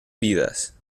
vidas